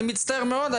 אני מצטער מאוד.